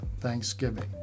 thanksgiving